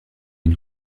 une